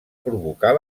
provocar